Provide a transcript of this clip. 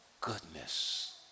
goodness